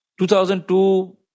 2002